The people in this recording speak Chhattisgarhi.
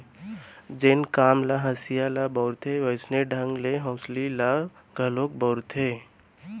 जेन काम म हँसिया ल बउरथे वोइसने ढंग ले हँसुली ल घलोक बउरथें